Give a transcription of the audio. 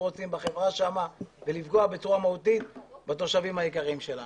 רוצים שם ולפגוע בצורה מהותית בתושבים היקרים שלנו.